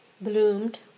bloomed